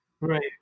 right